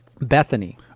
Bethany